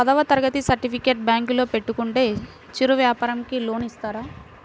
పదవ తరగతి సర్టిఫికేట్ బ్యాంకులో పెట్టుకుంటే చిరు వ్యాపారంకి లోన్ ఇస్తారా?